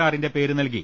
ആറിന്റെ പേര് നൽകി